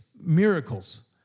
miracles